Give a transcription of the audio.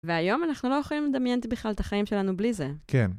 והיום אנחנו לא יכולים לדמיין בכלל את החיים שלנו בכלל בלי זה. כן.